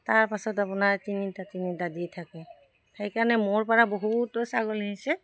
তাৰপাছত আপোনাৰ তিনিটা তিনিটা দি থাকে সেইকাৰণে মোৰ পৰা বহুতো ছাগলী নিছে